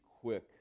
quick